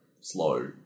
slow